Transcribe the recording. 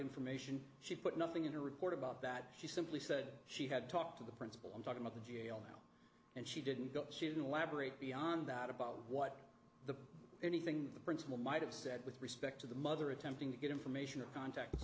information she put nothing in her report about that she simply said she had talked to the principal i'm talking about the jail now and she didn't go she didn't labrat beyond doubt about what anything the principal might have said with respect to the mother attempting to get information of contacts